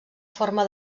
forma